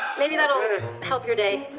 maybe that will help your day.